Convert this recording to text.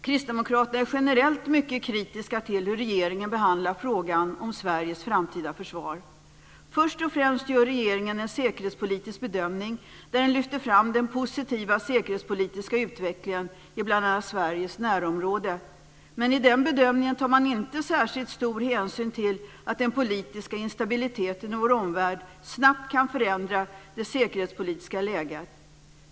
Kristdemokraterna är generellt mycket kritiska till hur regeringen behandlar frågan om Sveriges framtida försvar. Först och främst gör regeringen en säkerhetspolitisk bedömning där den lyfter fram den positiva säkerhetspolitiska utvecklingen i bl.a. Sveriges närområde. Men i den bedömningen tar man inte särskilt stor hänsyn till att den politiska instabiliteten i vår omvärld snabbt kan förändra det säkerhetspolitiska läget.